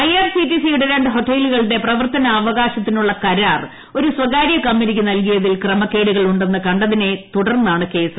I R C T സിയുടെ ര ് ഹോട്ടലുകളുടെ പ്രവർത്തനാവകാശത്തിനുള്ള കരാർ ഒരു സ്വകാര്യ കമ്പനിക്ക് നൽകിയതിൽ ക്രമക്കേടുകൾ ഉ െന്ന് ക ത്തിയതിനെ തുടർന്നാണ് കേസ്